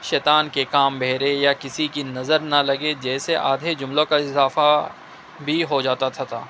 شیطان کے کام بہرے یا کسی کی نظر نہ لگے جیسے آدھے جملوں کا اضافہ بھی ہو جاتا تھا تھا